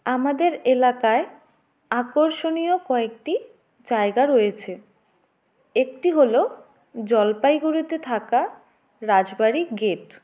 আমাদের এলাকায় আকর্ষণীয় কয়েকটি জায়গা রয়েছে একটি হলো জলপাইগুড়িতে থাকা রাজবাড়ি গেট